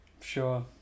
Sure